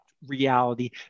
reality